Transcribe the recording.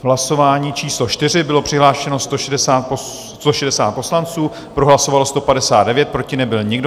V hlasování číslo 4 bylo přihlášeno 160 poslanců, pro hlasovalo 159, proti nebyl nikdo.